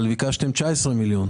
אבל ביקשתם 19 מיליון ש"ח.